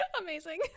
Amazing